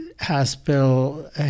Hospital